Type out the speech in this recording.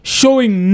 showing